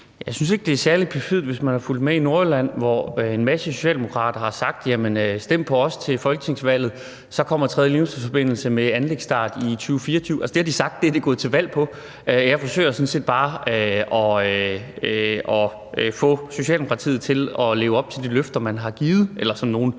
Jeg synes ikke, det er særlig perfidt. Hvis man har fulgt med i Nordjylland, ved man, at en masse socialdemokrater har sagt: Stem på os til folketingsvalget, så kommer tredje Limfjordsforbindelse med anlægsstart i 2024. Det har de sagt. Det er de gået til valg på. Jeg forsøger sådan set bare at få Socialdemokratiet til at leve op til de løfter, som nogle